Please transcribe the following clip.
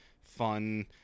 fun